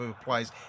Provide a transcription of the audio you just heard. applies